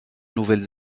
nouvelle